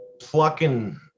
plucking